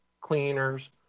cleaners